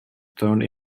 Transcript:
turned